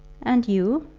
and you,